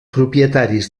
propietaris